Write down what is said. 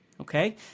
okay